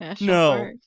No